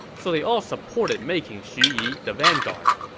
so they all supported making xu yi the vanguard.